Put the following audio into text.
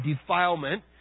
defilement